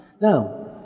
now